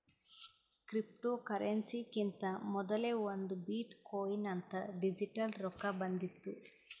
ಕ್ರಿಪ್ಟೋಕರೆನ್ಸಿಕಿಂತಾ ಮೊದಲೇ ಒಂದ್ ಬಿಟ್ ಕೊಯಿನ್ ಅಂತ್ ಡಿಜಿಟಲ್ ರೊಕ್ಕಾ ಬಂದಿತ್ತು